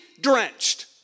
drenched